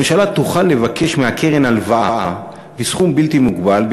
הממשלה תוכל לבקש מהקרן "הלוואה" בסכום בלתי מוגבל,